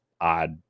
odd